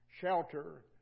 Shelter